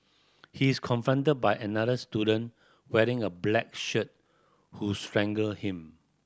he is confronted by another student wearing a black shirt who strangle him